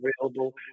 available